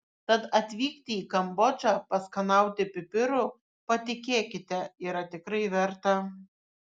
tad atvykti į kambodžą paskanauti pipirų patikėkite yra tikrai verta